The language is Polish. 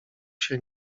się